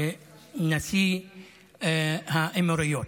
נשיא האמירויות.